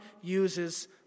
uses